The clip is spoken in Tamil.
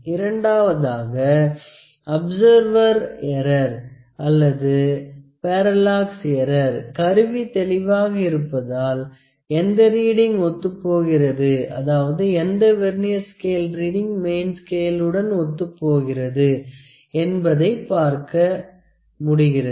இரண்டாவதாக அப்சர்வர் எற்றர் அல்லது பாராலாக்ஸ் எற்றர் கருவி தெளிவாக இருப்பதால் எந்த ரீடிங் ஒத்துப்போகிறது அதாவது எந்த வெர்னியர் ஸ்கேல் ரீடிங் மெயின் ஸ்கேளுடன் ஒத்துப்போகிறது என்பதைப் பார்க்க முடிகிறது